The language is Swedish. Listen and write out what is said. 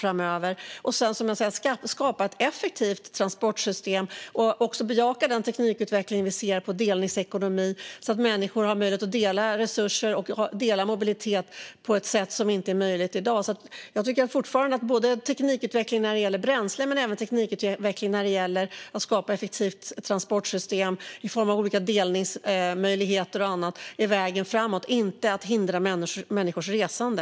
Vi behöver också skapa ett effektivt transportsystem och bejaka den teknikutveckling som vi ser inom delningsekonomin. Genom det skulle människor ha möjlighet att dela resurser och mobilitet på ett sätt som inte är möjligt i dag. Jag tycker fortfarande att teknikutveckling för bränsle och för att skapa ett effektivt transportsystem i form av olika delningsmöjligheter är vägen framåt, inte att hindra människors resande.